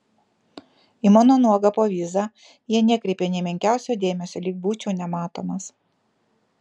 į mano nuogą povyzą jie nekreipė nė menkiausio dėmesio lyg būčiau nematomas